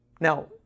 Now